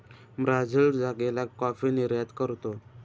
Brazil जागेला coffee निर्यात करतो